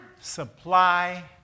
supply